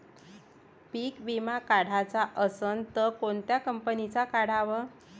पीक विमा काढाचा असन त कोनत्या कंपनीचा काढाव?